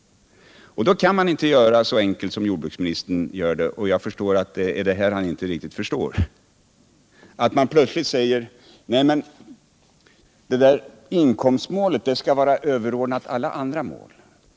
Då kan man inte göra det så enkelt för sig som jordbruksministern gör —- jag märker att han inte riktigt förstår det här — att man plötsligt säger: Inkomstmålet skall vara överordnat alla andra mål.